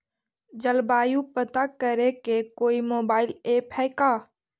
जलवायु पता करे के कोइ मोबाईल ऐप है का?